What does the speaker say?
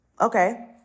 Okay